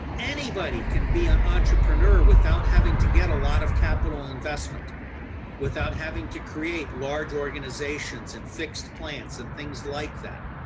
anybody can be an entrepreneur without having to get a lot of capital investment without having to create large organizations and fixed plans and things like that.